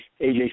AJ